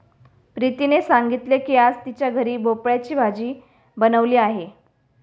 प्रीतीने सांगितले की आज तिच्या घरी भोपळ्याची भाजी बनवली आहे